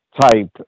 type